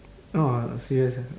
oh serious ah